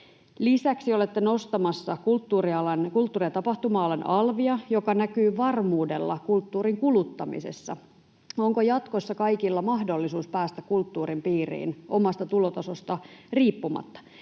Lisäksi olette nostamassa kulttuuri- ja tapahtuma-alan alvia, mikä näkyy varmuudella kulttuurin kuluttamisessa. Onko jatkossa kaikilla mahdollisuus päästä kulttuurin piiriin omasta tulotasosta riippumatta?